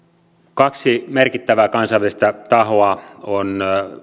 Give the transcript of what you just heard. kaksi merkittävää kansainvälistä tahoa on